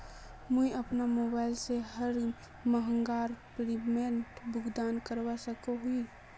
मुई अपना मोबाईल से हर महीनार प्रीमियम भुगतान करवा सकोहो ही?